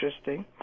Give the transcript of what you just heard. interesting